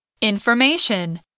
Information